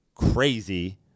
crazy